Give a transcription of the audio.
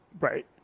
right